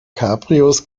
cabrios